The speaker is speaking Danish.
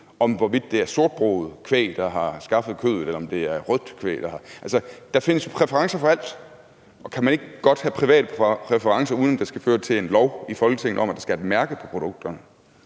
om, hvorvidt kødet kommer fra sortbroget kvæg eller fra røde køer? Altså, der findes præferencer for alt, og kan man ikke godt have private præferencer, uden at det skal føre til en lov i Folketinget om, at der skal et mærke på produktet?